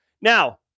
Now